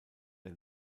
der